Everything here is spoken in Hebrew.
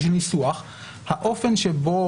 האופן שבו